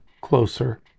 closer